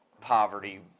poverty